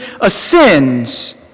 ascends